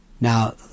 Now